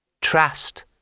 Trust